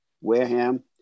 Wareham